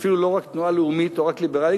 אפילו לא רק תנועה לאומית או רק ליברלית,